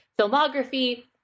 filmography